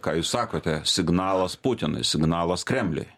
ką jūs sakote signalas putinui signalas kremliui